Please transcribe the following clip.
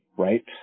Right